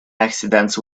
accidents